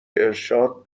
ارشاد